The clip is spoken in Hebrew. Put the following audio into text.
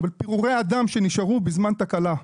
אבל פירורי אדם שנשארו בזמן תקלה.